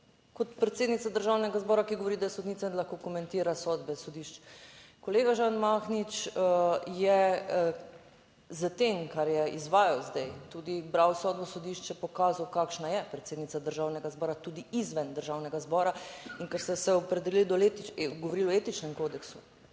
kot predsednica Državnega zbora, ki govori, da je sodnica in lahko komentira sodbe sodišč. Kolega Žan Mahnič je s tem, kar je izvajal zdaj, tudi bral sodbo sodišča, pokazal, kakšna je predsednica Državnega zbora tudi izven Državnega zbora. In ker ste se opredelili do, govorili o etičnem kodeksu,